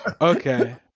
okay